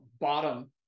bottom